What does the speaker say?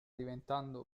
diventando